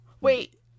Wait